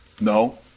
No